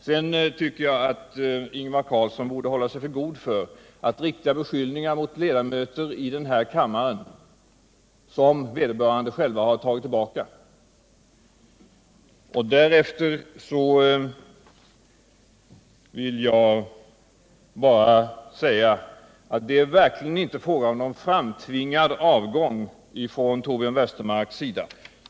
Sedan tycker jag att Ingvar Carlsson borde hålla sig för god för att rikta beskyllningar mot ledamöter i den här kammaren för sådant som vederbörande har tagit tillbaka. Därefter vill jag säga att det verkligen inte är fråga om någon framtvingad avgång från Torbjörn Westermarks sida.